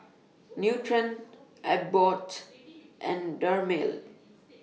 Nutren Abbott and Dermale